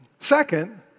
Second